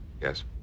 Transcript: Yes